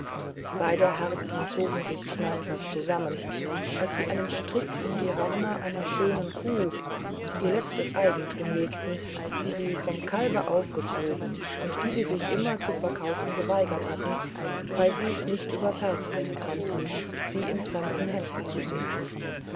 beider herzen zogen sich schmerzhaft zusammen als sie einen strick um die hörner einer schönen kuh ihr letztes eigentum legten die sie vom kalbe aufgezogen und die sie sich immer zu verkaufen geweigert hatten weil sie's nicht übers herz bringen konnten sie in fremden händen zu sehen